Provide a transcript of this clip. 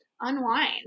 unwind